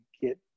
get